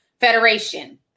Federation